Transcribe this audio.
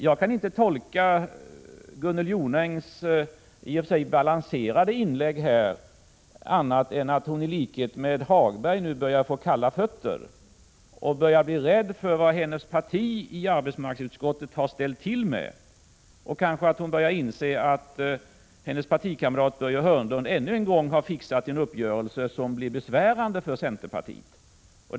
Jag kan inte tolka Gunnel Jonängs i och för sig balanserade inlägg på annat sätt än att hon i likhet med Lars-Ove Hagberg nu börjar få kalla fötter och börjar bli rädd för vad hennes parti har ställt till med i arbetsmarknadsutskottet. Kanske hon börjar inse att hennes partikamrat Börje Hörnlund ännu en gång har fixat en uppgörelse som blir besvärande för centerpartiet.